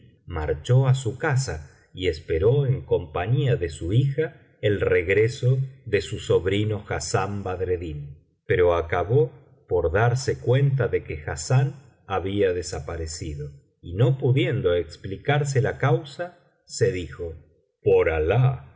marchó á su casa y esperó en compañía de su hija el regreso de su sobrino hassán badreddin pero acabó por darse biblioteca valenciana generalitat valenciana las mil es y una noche cuenta de que hassán había desaparecido y no pudiendo explicarse la causa se dijo por alah